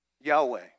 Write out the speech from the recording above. Yahweh